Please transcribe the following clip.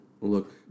look